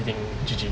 then G G